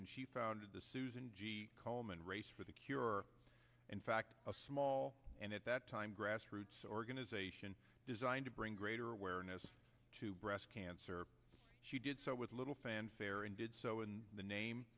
when she founded the susan g komen race for the cure in fact a small and at that time grassroots organization designed to bring greater awareness to breast cancer she did so with little fanfare and did so in the name